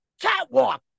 catwalk